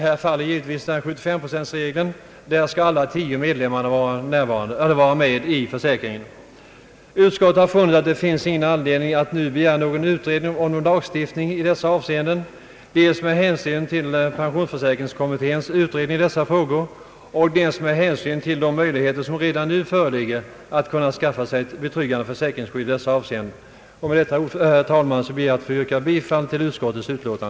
Då faller givetvis 75-procentregeln, och alla tio måste vara med i försäkringen. Utskottet anser att det inte finns någon anledning att nu begära en utredning om lagstiftning i dessa avseenden, dels med hänsyn till pensionsförsäkringskommitténs utredning av dessa frågor och dels med hänsyn till de möjligheter som redan nu föreligger att skaffa sig ett betryggande försäkringsskydd. Med det anförda ber jag, herr talman, att få yrka bifall till utskottets hemställan.